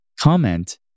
comment